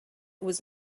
was